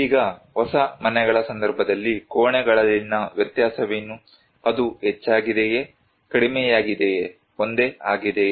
ಈಗ ಹೊಸ ಮನೆಗಳ ಸಂದರ್ಭದಲ್ಲಿ ಕೋಣೆಗಳಲ್ಲಿನ ವ್ಯತ್ಯಾಸವೇನು ಅದು ಹೆಚ್ಚಾಗಿದೆಯೇ ಕಡಿಮೆಯಾಗಿದೆಯೇ ಒಂದೇ ಆಗಿದೆಯೇ